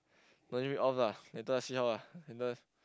no need read off lah later see how ah later